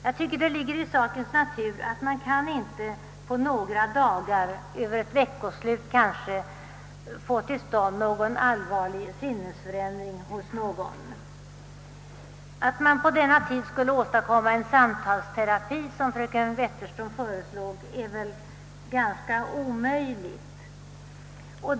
Jag tycker det ligger i sakens natur att man inte på några dagar, över kanske ett veckoslut, kan få till stånd någon allvarlig sinnesförändring hos en person. Att man på denna tid skulle kunna åstadkomma en samtalsterapi, som fröken Wetterström föreslog, är väl omöjligt.